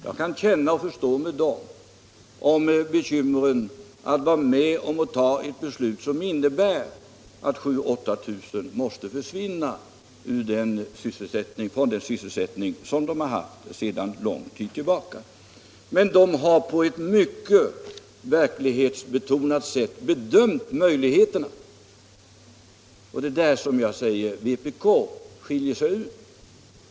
Jag kan känna och förstå deras bekymmer inför att vara med om ett beslut som innebär att 7 000 å 8 000 anställda måste försvinna från en sysselsättning de haft sedan lång tid tillbaka. Men de har på ett mycket verklighetsbetonat sätt bedömt möjligheterna. Det är där jag säger att vpk avskiljer sig.